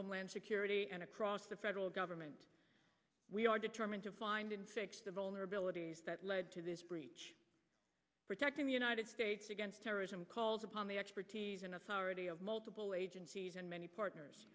homeland security and across the federal government we are determined to find and fix the vulnerabilities that led to this breach protecting the united states against terrorism calls upon the expertise and authority of multiple agencies and many partners